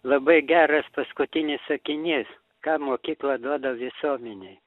labai geras paskutinis sakinys ką mokykla duoda visuomenei